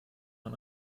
man